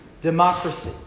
democracy